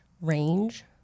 range